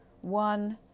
one